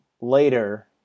later